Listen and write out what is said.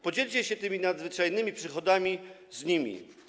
Podzielcie się tymi nadzwyczajnymi przychodami z nimi.